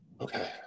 Okay